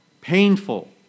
Painful